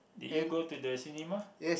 did you go to the cinema